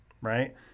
right